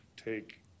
take